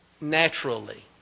naturally